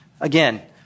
Again